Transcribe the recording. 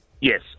Yes